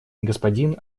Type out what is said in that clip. господин